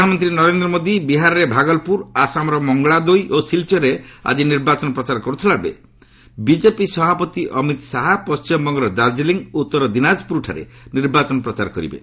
ପ୍ରଧାନମନ୍ତ୍ରୀ ନରେନ୍ଦ୍ର ମୋଦି ବିହାରେର ଭାଗଲ୍ପୁର ଆସାମର ମଙ୍ଗଳାଦୋଇ ଓ ସିଲ୍ଚର୍ରେ ଆକି ନିର୍ବାଚନ ପ୍ରଚାର କରୁଥିଲାବେଳେ ବିକେପି ସଭାପତି ଅମିତ୍ ଶାହା ପଣ୍ଟିମବଙ୍ଗର ଦାର୍କିଲିଂ ଓ ଉତ୍ତର ଦିନାଜପୁରଠାରେ ନିର୍ବାଚନ ପ୍ରଚାର କରିବେ